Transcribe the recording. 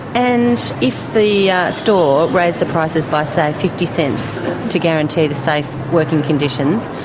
and if the store raised the prices by, say, fifty cents to guarantee the safe working conditions,